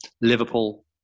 Liverpool